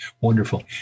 wonderful